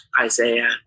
Isaiah